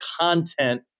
content